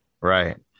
Right